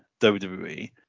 WWE